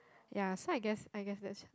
ya so I guess I guess that's